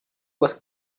was